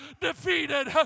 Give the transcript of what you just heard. defeated